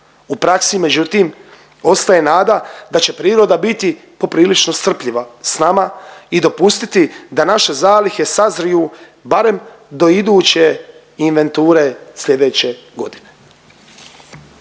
U praksi međutim ostaje nada da će priroda biti poprilično strpljiva s nama i dopustiti da naše zalihe sazriju barem do iduće inventure slijedeće godine.